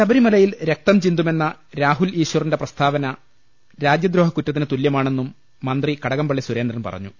ശബരിമലയിൽ രക്തം ചിന്തുമെന്ന രാഹുൽ ഈശ്വറിന്റെ പ്രസ്താവന രാജ്യദ്രോഹക്കുറ്റത്തിന് തുല്യമാണെന്ന് മന്ത്രി കട കം പള്ളി സുരേന്ദ്രൻ പറഞ്ഞു